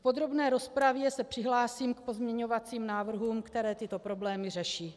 V podrobné rozpravě se přihlásím k pozměňovacím návrhům, které tyto problémy řeší.